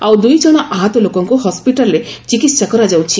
ଆଉ ଦୁଇଜଣ ଆହତ ଲୋକଙ୍କୁ ହସ୍କିଟାଲରେ ଚିକିତ୍ସା କରାଯାଉଛି